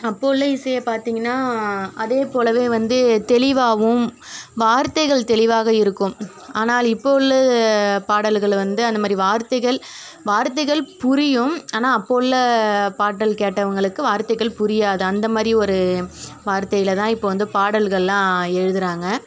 அப்போது உள்ள இசையை பார்த்திங்கன்னா அதே போலவே வந்து தெளிவாகவும் வார்த்தைகள் தெளிவாக இருக்கும் ஆனால் இப்போ உள்ள பாடல்கள் வந்து அந்த மாதிரி வார்த்தைகள் வார்த்தைகள் புரியும் ஆனால் அப்போ உள்ள பாடல் கேட்டவங்களுக்கு வார்த்தைகள் புரியாது அந்த மாதிரி ஒரு வார்த்தைகளைதான் இப்போ வந்து பாடல்களெலாம் எழுதுகிறாங்க